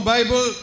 Bible